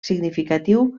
significatiu